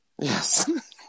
Yes